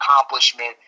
accomplishment